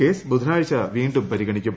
case ബുധനാഴ്ച വീണ്ടും പരിഗണിക്കും